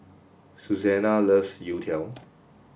Susanna loves Youtiao